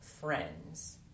friends